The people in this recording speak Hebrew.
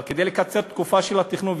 אבל כדי לקצר את התקופה של התכנון,